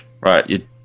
Right